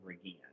again